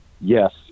Yes